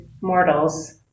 mortals